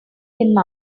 him